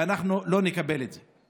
ואנחנו לא נקבל את זה.